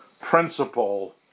principle